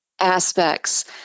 aspects